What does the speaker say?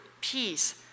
peace